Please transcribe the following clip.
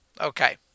okay